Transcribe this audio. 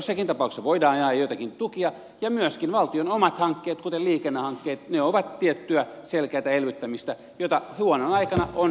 joissakin tapauksissa voidaan ajaa joitakin tukia ja myöskin valtion omat hankkeet kuten liikennehankkeet ovat tiettyä selkeätä elvyttämistä jota huonona aikana on syytä edistää